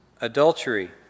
adultery